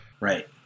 Right